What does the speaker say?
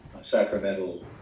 sacramental